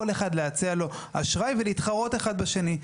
כל אחד להציע לו אשראי ולהתחרות אחד בשני.